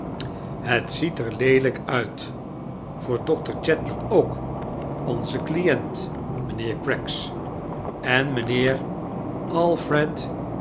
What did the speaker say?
het ziet er leelijk uit voor doctor jeddler ook onzen client mijnheeir craggs en mijnheer alfred